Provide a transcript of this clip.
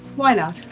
why not?